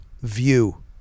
view